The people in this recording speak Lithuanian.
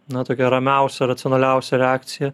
na tokia ramiausia racionaliausia reakcija